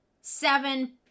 seven